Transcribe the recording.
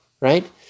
right